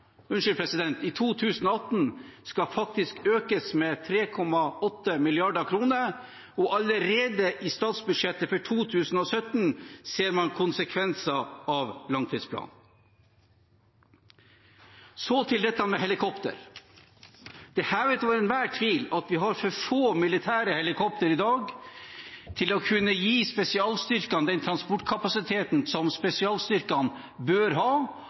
2018 skal faktisk økes med 3,8 mrd. kr, og allerede i statsbudsjettet for 2017 ser man konsekvenser av langtidsplanen. Så til dette med helikopter: Det er hevet over enhver tvil at vi har for få militære helikoptre i dag til å kunne gi spesialstyrkene den transportkapasiteten som spesialstyrkene bør ha,